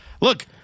Look